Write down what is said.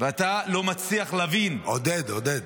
ואתה לא מצליח להבין --- עודד, עודד.